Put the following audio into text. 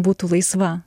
būtų laisva